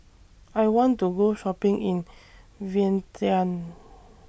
I want to Go Shopping in Vientiane